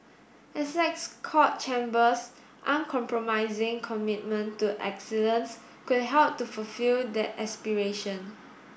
Essex Court Chambers uncompromising commitment to excellence could help to fulfil that aspiration